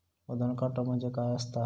वजन काटो म्हणजे काय असता?